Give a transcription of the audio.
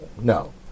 no